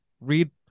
read